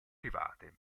private